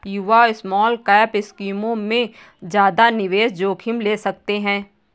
युवा स्मॉलकैप स्कीमों में ज्यादा निवेश जोखिम ले सकते हैं